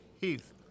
Heath